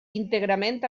íntegrament